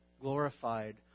glorified